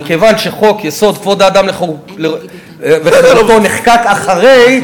מכיוון שחוק-יסוד: כבוד האדם וחירותו נחקק אחרי,